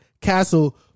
Castle